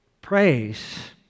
Praise